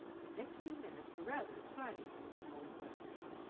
the next few minutes were rather exciting to the small equestrian.